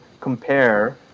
compare